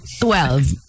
Twelve